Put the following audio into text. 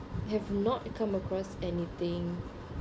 have not come across anything